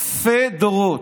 אלפי דורות.